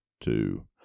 Two